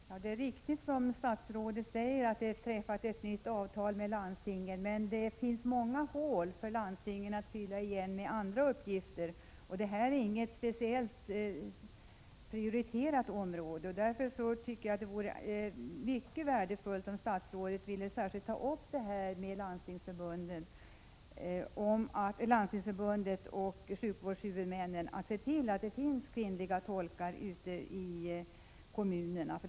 Fru talman! Det är riktigt som statsrådet säger, att det har träffats ett nytt avtal med landstingen, men det finns många hål för landstingen att fylla igen med andra uppgifter. Detta är inget speciellt prioriterat område, och därför tycker jag att det vore mycket värdefullt om statsrådet ville särskilt ta upp med Landstingsförbundet och sjukvårdshuvudmännen att de bör se till att det finns kvinnliga tolkar ute i kommunerna.